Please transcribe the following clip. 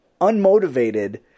unmotivated